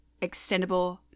extendable